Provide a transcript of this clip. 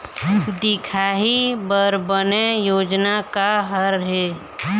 दिखाही बर बने योजना का हर हे?